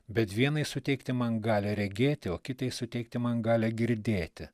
bet vienai suteikti man galią regėti o kitai suteikti man galią girdėti